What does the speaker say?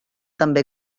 també